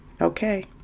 Okay